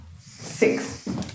Six